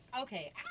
Okay